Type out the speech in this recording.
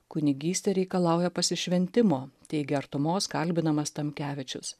kunigystė reikalauja pasišventimo teigia artumos kalbinamas tamkevičius